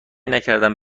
نکردم